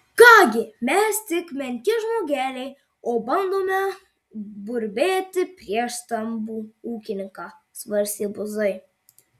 ką gi mes tik menki žmogeliai o bandome burbėti prieš stambų ūkininką svarstė buzai